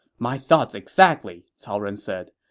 my thoughts exactly, cao ren said.